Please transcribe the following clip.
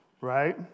right